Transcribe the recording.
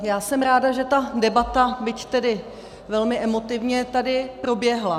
Já jsem ráda, že ta debata, byť tedy velmi emotivně, tady proběhla.